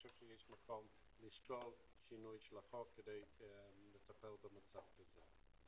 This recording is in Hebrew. לדעתי יש מקום לשקול שינוי של החוק כדי לטפל במצב הזה.